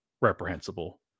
reprehensible